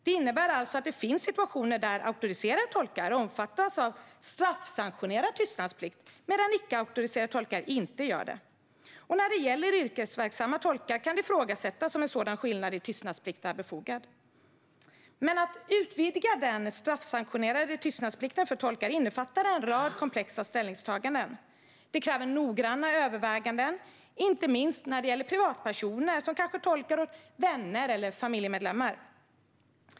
Det innebär alltså att det finns situationer där auktoriserade tolkar omfattas av straffsanktionerad tystnadsplikt, medan icke auktoriserade tolkar inte omfattas. När det gäller yrkesverksamma tolkar kan det ifrågasättas om en sådan skillnad i tystnadsplikt är befogad. Men att utvidga den straffsanktionerade tystnadsplikten för tolkar innefattar en rad komplexa ställningstaganden. Det kräver noggranna överväganden, inte minst när det gäller privatpersoner som kanske tolkar åt vänner eller familjemedlemmar.